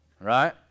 Right